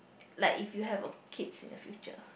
like if you have uh kids in the future